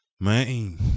Man